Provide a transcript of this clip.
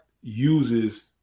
uses